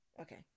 okay